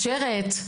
ומאפשרת.